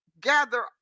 gather